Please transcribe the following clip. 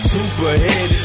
Superhead